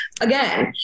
again